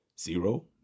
zero